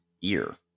year